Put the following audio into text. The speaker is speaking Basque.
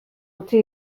utzi